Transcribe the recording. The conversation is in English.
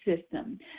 system